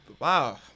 Wow